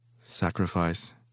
Sacrifice